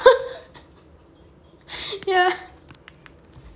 ya